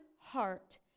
heart